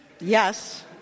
Yes